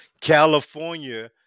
California